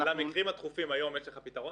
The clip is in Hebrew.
למקרים הדחופים היום יש לך פתרון?